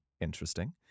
Interesting